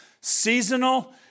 Seasonal